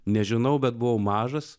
nežinau bet buvau mažas